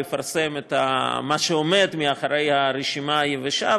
לפרסם את מה שעומד מאחורי הרשימה היבשה,